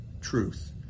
truth